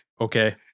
Okay